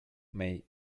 may